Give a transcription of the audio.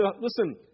Listen